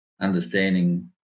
understanding